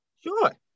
Sure